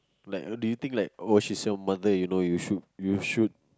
like do you think oh she's your mother you know you should you should